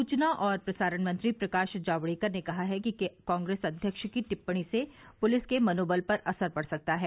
सूचना और प्रसारण मंत्री प्रकाश जावड़ेकर ने कहा है कि कांग्रेस अध्यक्ष की टिप्पणी से पुलिस के मनोबल पर असर पड़ सकता है